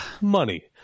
Money